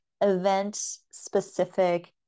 event-specific